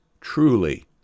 Truly